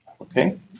Okay